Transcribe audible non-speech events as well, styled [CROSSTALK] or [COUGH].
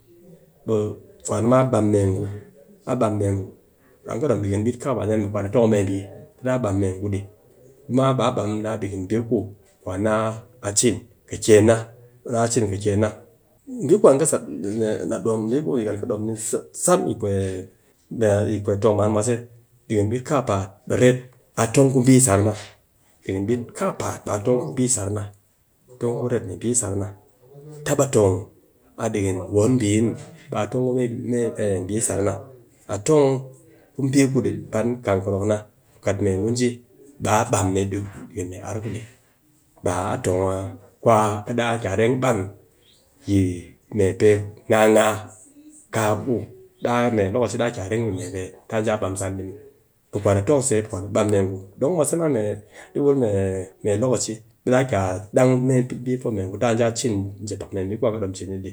Ɓe kwan ma ba mee ngu, a bam mee ngu, an ki ɗom ɗikion ɓit kakapaat dee ni ɓe kwan a tong mee mbi tɨ daa mbam mee ngu, kuma a mbam ni a ɗikin mbi ku kwan na cin kɨken na, na cin kɨken na, mbi ku an kɨ sat [HESITATION] an kɨ dom sat, sat yi [HESITATION] tong man mwase ɗikin ɓit kakapaat ɓe ret a tong ku mbi sar na, ku rep mee mbi sar na, tap a tong a ɗikin wen mbi muw. Be a tong ku mbi sar na. A tong a ku mbi ku di pan gong konok na, kat mee ngu ji ɓe a mbam ni ɗi ar ku ɗik. Ba a tong a ku ɗaa ki a reng ɓam yi mee pee ngaa ngaa, ka ku mee lokaci ɗaa ki a reng yi mee pe taa mbam san ɗi muw. Ku kwan a tong se ɓe kwan a ɓam mee ngu, don mwase ɗi wul mee lokaci ɓe daa ki a dang mee mbi po me ngu ta ki a cin njep pak mee mbi ku an kɨ dom cin ni ɗi.